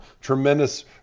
tremendous